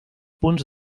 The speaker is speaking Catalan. punts